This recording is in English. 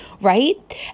right